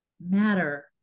matter